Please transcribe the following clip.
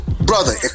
Brother